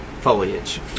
foliage